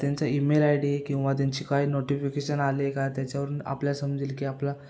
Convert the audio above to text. त्यांचा email I D किंवा त्यांची काही नोटिफिकेशन आली आहे का त्याच्यावरून आपल्याला समजेल की आपला